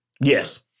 Yes